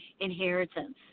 inheritance